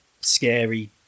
scary